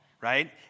right